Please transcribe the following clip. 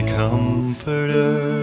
comforter